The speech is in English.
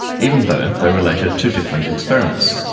even though they related to different experiments.